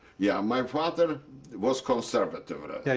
yeah, my father was conservative. and yeah,